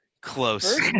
close